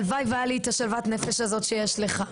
הלוואי והייתה לי את שלוות הנפש הזאת שיש לך,